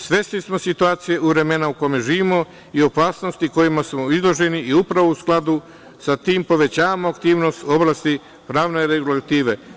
Svesni smo situacije i vremena u kome živimo i opasnosti kojima smo izloženi i upravo u skladu sa tim povećavamo aktivnosti u oblasti pravne regulative.